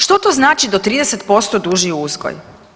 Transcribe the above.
Što to znači do 30% duži uzgoj?